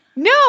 No